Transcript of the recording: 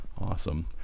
Awesome